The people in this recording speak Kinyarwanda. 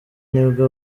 nibwo